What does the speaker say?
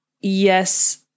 yes